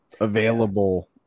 available